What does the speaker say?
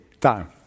time